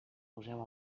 poseu